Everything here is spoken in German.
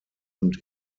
und